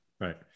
right